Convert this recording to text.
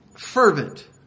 Fervent